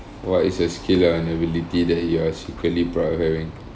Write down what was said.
what is a skill or an ability that you are secretly proud having